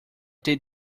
they